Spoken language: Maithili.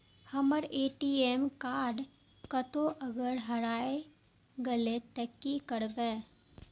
हमर ए.टी.एम कार्ड कतहो अगर हेराय गले ते की करबे?